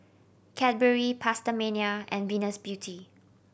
Cadbury PastaMania and Venus Beauty